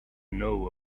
know